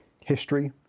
history